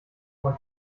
man